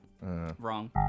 Wrong